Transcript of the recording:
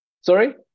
Sorry